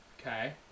Okay